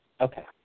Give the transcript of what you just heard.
Okay